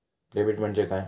Debit म्हणजे काय?